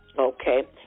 Okay